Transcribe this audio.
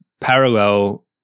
parallel